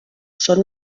són